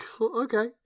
Okay